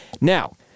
Now